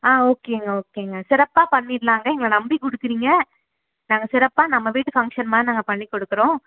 ஆ ஓகேங்க ஓகேங்க சிறப்பாக பண்ணிடலாங்க எங்களை நம்பி கொடுக்குறீங்க நாங்கள் சிறப்பாக நம்ம வீட்டு ஃபங்க்ஷன் மாதிரி நாங்கள் பண்ணிக் கொடுக்குறோம்